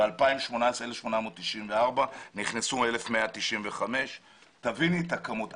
ב-2018 - כאשר נכנסו 1,195. תביני את הכמות.